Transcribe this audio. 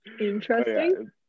Interesting